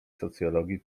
socjologii